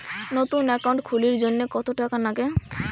নতুন একাউন্ট খুলির জন্যে কত টাকা নাগে?